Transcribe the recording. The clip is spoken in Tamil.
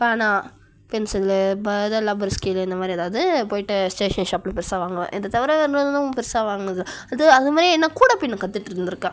பேனா பென்சில்லு இது லப்பர் ஸ்கேலு அந்த மாதிரி ஏதாவது போய்ட்டு ஸ்டேஷ்னரி ஷாப்பில் பெரிசா வாங்குவேன் இதை தவிர வேறு பெரிசா வாங்கினதில்ல இது அது மாதிரி நான் கூடை பின்ன கற்றுட்ருந்துருக்கேன்